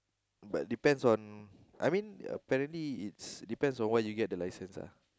but depends on I mean apparently it's depends on when you get the license ah